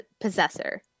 possessor